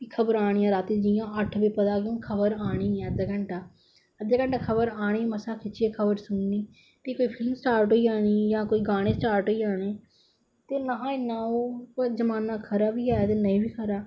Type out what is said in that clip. खब़रा आनियां राती जियां अट्ठ बजे पता कि हून खब़र आनी ऐ अद्ध घटां मसा खब़र सुननी फिह कोई फिल्म स्टार्ट होई जानी जां कोई गाने स्टार्ट होई जाने ते इन्ना कोई ओह् जमाना खरा बी हा ते नेई बी खरा